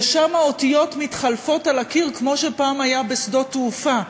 ושם האותיות מתחלפות על הקיר כמו שפעם היה בשדות תעופה.